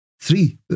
three